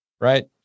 right